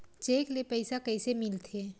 Cheque ले पईसा कइसे मिलथे?